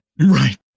Right